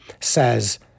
says